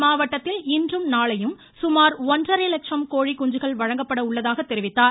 இம்மாவட்டத்தில் இன்றும் நாளையும் சுமார் ஒன்றரை லட்சம் கோழிக்குஞ்சுகள் வழங்கப்பட உள்ளதாக தெரிவித்தார்